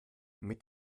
mit